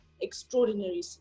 extraordinary